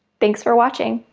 thanks for watching!